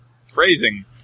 Phrasing